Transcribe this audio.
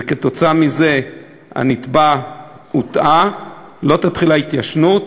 וכתוצאה מזה התובע הוטעה, לא תתחיל ההתיישנות.